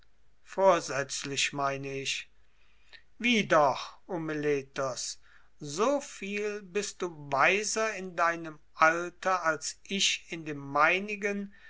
vorsätzlich meine ich wie doch o meletos so viel bist du weiser in deinem alter als ich in dem meinigen